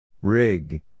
Rig